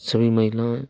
सभी महिलाएँ